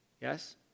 Yes